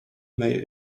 may